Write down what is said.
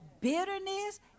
bitterness